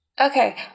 Okay